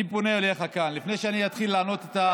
אני פונה אליך כאן, לפני שאני אתחיל לענות את,